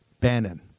Bannon